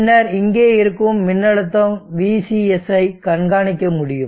பின்னர் இங்கே இருக்கும் மின்னழுத்தம் vCSஐ கண்காணிக்க முடியும்